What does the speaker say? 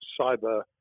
cyber